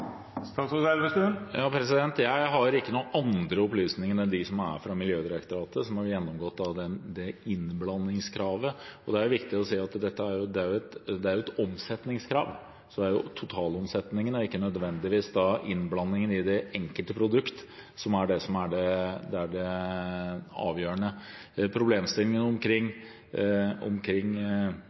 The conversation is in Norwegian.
Jeg har ikke noen andre opplysninger enn dem som er fra Miljødirektoratet, som har gjennomgått innblandingskravet. Det er viktig å si at det jo er et omsetningskrav. Det er totalomsetningen og ikke nødvendigvis innblandingen i det enkelte produkt som er det avgjørende. Problemstillingen omkring biodrivstoff i forbindelse med bensin vil være det som det også er